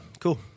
cool